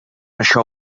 això